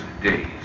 days